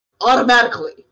Automatically